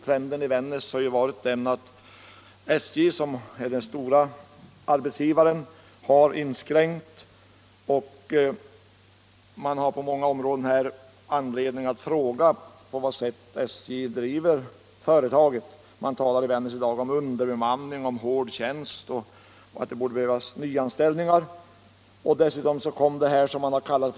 Den tidigare utvecklingen har för Vännäs del inneburit att SJ, som är den största arbetsgivaren, har inskränkt verksamheten. Man har på många områden anledning att fråga på vad sätt SJ driver företaget. Det talas i Vännäs i dag bland personalen om underbemanning och krävande tjänst och att det behövs nyanställningar. Härtill kommer detta vindkast, som det har kallats.